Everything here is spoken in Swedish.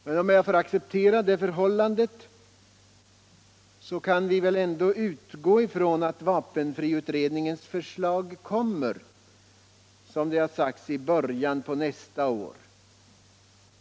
Men jag får acceptera det förhållandet, och vi kan väl ändå utgå från att vapenfriutredningens förslag, som det har sagts, kommer att läggas fram i början av nästa år.